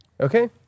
Okay